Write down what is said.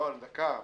לא, דקה.